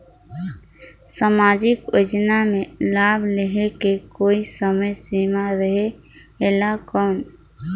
समाजिक योजना मे लाभ लहे के कोई समय सीमा रहे एला कौन?